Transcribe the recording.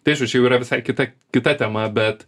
tai čia jau yra visai kita kita tema bet